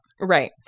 Right